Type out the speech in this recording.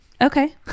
Okay